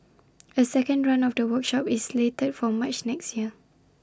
A second run of the workshop is slated for March next year